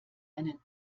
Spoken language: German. einen